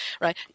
right